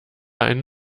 einen